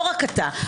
לא רק אתה.